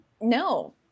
No